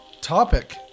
topic